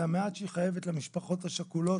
זה המעט שהיא חייבת למשפחות השכולות,